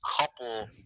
couple